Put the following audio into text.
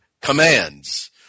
commands